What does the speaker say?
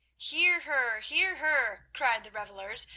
hear her! hear her! cried the revellers,